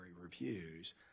reviews